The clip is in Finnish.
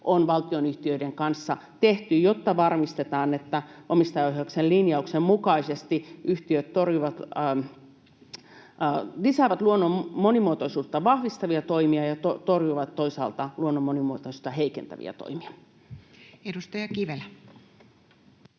on valtionyhtiöiden kanssa tehty, jotta varmistetaan, että omistajaohjauksen linjauksen mukaisesti yhtiöt lisäävät luonnon monimuotoisuutta vahvistavia toimia ja torjuvat toisaalta luonnon monimuotoisuutta heikentäviä toimia. [Speech